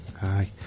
Hi